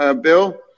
bill